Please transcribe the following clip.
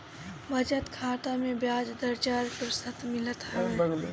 बचत खाता में बियाज दर चार प्रतिशत मिलत हवे